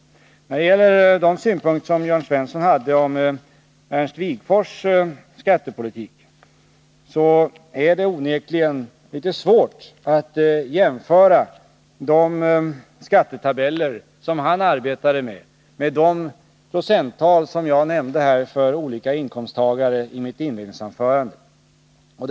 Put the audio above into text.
Nr 132 När det gäller de synpunkter som Jörn Svensson hade på Ernst Wigforss skattepolitik, så är det onekligen svårt att jämföra de skattetabeller som han Onsdagen; den arbetade med och de procenttal som jag nämnde i mitt inledningsanförande i 6 maj 1981 fråga om olika inkomsttagare.